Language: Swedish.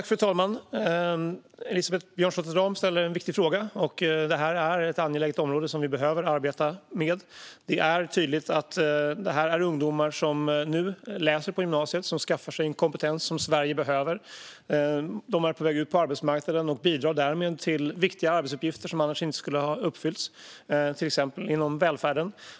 Fru talman! Elisabeth Björnsdotter Rahm ställer en viktig fråga. Det här är ett angeläget område som vi behöver arbeta med. Det är tydligt att det här är ungdomar som nu läser på gymnasiet och som skaffar sig en kompetens som Sverige behöver. De är på väg ut på arbetsmarknaden och bidrar därmed till viktiga arbetsuppgifter som annars inte skulle ha blivit gjorda, till exempel inom välfärden.